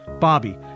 Bobby